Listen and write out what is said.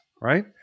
right